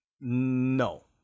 No